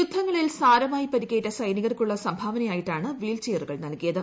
യുദ്ധങ്ങളിൽ സാരമായി പരിക്കേറ്റ സൈനി കർക്കുള്ള സംഭാവനയായിട്ടാണ് വീൽചെയറുകൾ നൽകിയത്